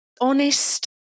honest